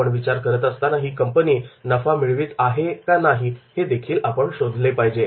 आपण विचार करत असणारी कंपनी ही नफा मिळवीत आहे किंवा नाही हे आपण शोधले पाहिजे